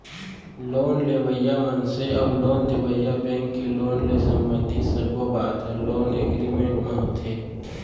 loan लेवइया मनसे अउ लोन देवइया बेंक के लोन ले संबंधित सब्बो बात ह लोन एगरिमेंट म होथे